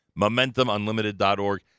MomentumUnlimited.org